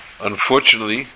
unfortunately